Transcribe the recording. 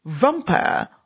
vampire